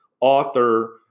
author